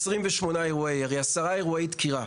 28 אירועי ירי, 10 אירועי דקירה,